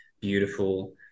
beautiful